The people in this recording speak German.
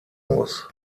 muss